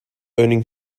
earning